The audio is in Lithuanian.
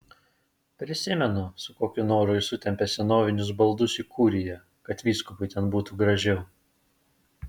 prisimenu su kokiu noru jis sutempė senovinius baldus į kuriją kad vyskupui ten būtų gražiau